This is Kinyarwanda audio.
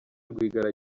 rwigara